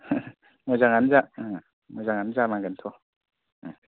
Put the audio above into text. मोजाङानो जा मोजाङानो जानांगोनथ'